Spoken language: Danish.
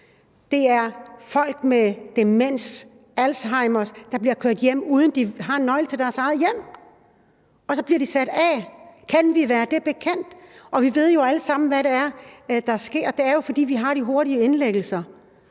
Det er folk med demens og alzheimer, der bliver kørt hjem, uden at de har en nøgle til deres eget hjem, og så bliver de sat af. Kan vi være det bekendt? Vi ved jo alle sammen, hvad det er, der sker. Det er jo, fordi vi har de hurtige indlæggelser.